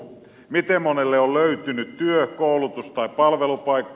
miten monelle on löytynyt työ koulutus tai palvelupaikka